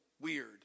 weird